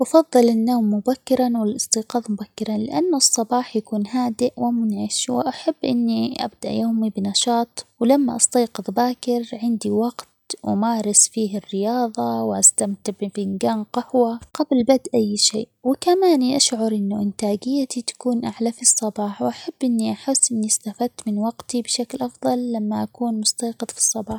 أفضل النوم مبكرًا والاستيقاظ مبكرًا ؛لأن الصباح يكون هادئ، ومنعش ،وأحب إني أبدأ يومي بنشاط ،ولما استيقظ باكر عندي وقت أمارس فيه الرياظة، واستمتع بفنجان قهوة، قبل بدء أي شيء ، وكما إنى أشعر إنه إنتاجيتي تكون أعلى في الصباح ،وأحب إني أحس إني استفدت من وقتي بشكل أفظل لما أكون مستيقظ في الصباح.